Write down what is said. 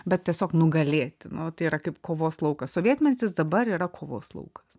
bet tiesiog nugalėti nu tai yra kaip kovos laukas sovietmetis dabar yra kovos laukas